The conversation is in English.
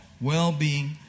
well-being